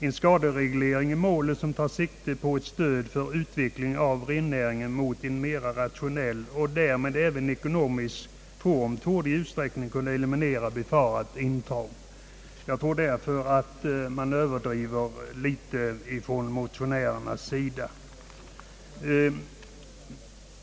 En skadereglering i målet, som tar sikte på ett stöd för utveckling av rennäringen mot en mera rationell och därmed även ekonomisk form, torde i stor utsträckning kunna eliminera befarat intrång. Jag tror därför att man överdriver något från motionärernas sida.